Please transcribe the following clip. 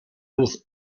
luz